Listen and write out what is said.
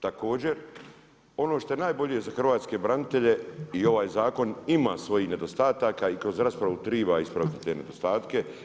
Također, ono što je najbolje za hrvatske branitelje i ovaj zakon ima svojih nedostataka i kroz raspravu treba ispraviti te nedostatke.